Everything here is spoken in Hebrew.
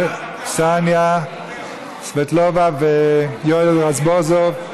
קסניה סבטלובה ויואל רזבוזוב,